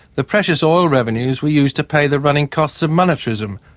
the precious oil revenues were used to pay the running costs of monetarism,